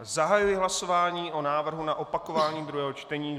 Zahajuji hlasování o návrhu na opakování druhého čtení.